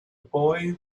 boy